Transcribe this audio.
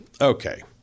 okay